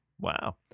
Wow